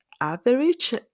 average